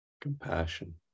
compassion